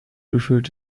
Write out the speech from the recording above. preferred